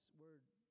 Word